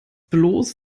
bloß